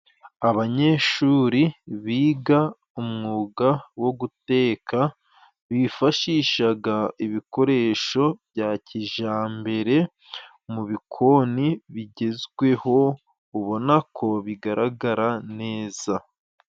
Abanyeshuri biga umwuga wo guteka, bifashishaga ibikoresho bya kijambere mukoni bigezweho, ubona ko bigaragara neza.